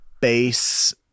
base